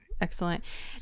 excellent